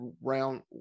round